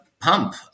pump